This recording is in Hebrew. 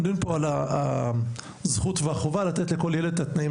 הדיון פה על זכות וחובה לתת לכל ילד את התנאים